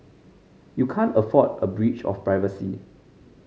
you can't afford a breach of privacy